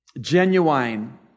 genuine